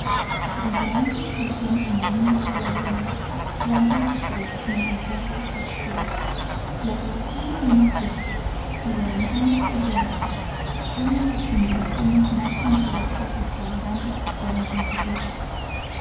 donde antes crecían tamarindos y laureles plantan cipreses melancólicos y oscuros y aprovechando unos restos y levantando sobre otros forman las combinaciones más pintorescas y extravagantes que pueden concebirse